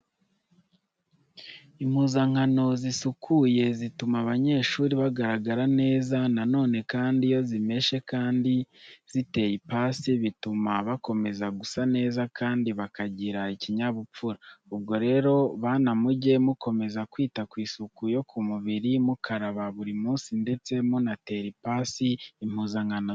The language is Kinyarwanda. Impuzankano zisukuye zituma abanyeshuri bagaragara neza. Na none kandi iyo zimeshe kandi ziteye ipasi bituma bakomeza gusa neza kandi bakagira ikinyabupfura. Ubwo rero, bana mujye mukomeza kwita ku isuku yo ku mubiri, mukaraba buri munsi ndetse munatera n'ipasi impuzankano zanyu.